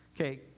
Okay